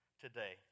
today